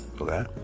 Okay